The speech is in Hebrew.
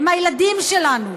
הם הילדים שלנו,